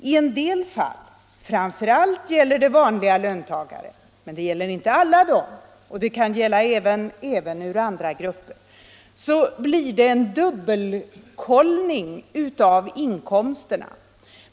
I en del fall — framför allt gäller det vanliga löntagare, men det gäller inte alla dem och det gäller även människor ur andra grupper — blir det en dubbelkollning av inkomsterna.